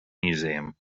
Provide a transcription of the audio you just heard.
museum